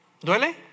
¿Duele